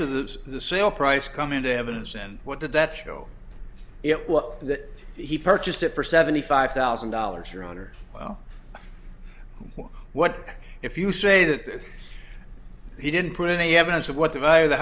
of the the sale price come into evidence and what did that show it well that he purchased it for seventy five thousand dollars your honor well what if you say that he didn't put any evidence of what the value of the